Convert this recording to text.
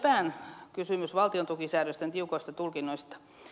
lepän kysymys valtion tukisäädösten tiukoista tulkinnoista